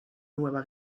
nueva